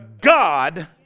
god